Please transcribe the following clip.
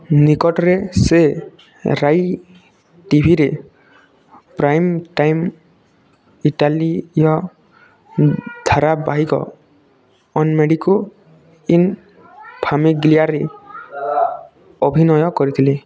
ନିକଟରେ ସେ ରାଇ ଟିଭିରେ ପ୍ରାଇମ୍ ଟାଇମ୍ ଇଟାଲୀୟ ଧାରାବାହିକ ଅନ୍ ମେଡ଼ିକୋ ଇନ୍ ଫାମିଗ୍ଲିଆରେ ଅଭିନୟ କରିଥିଲେ